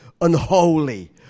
unholy